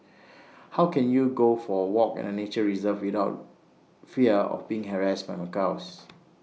how can you go for A walk in A nature reserve without fear of being harassed macaques